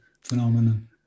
phenomenon